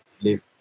live